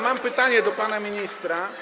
Mam pytanie do pana ministra.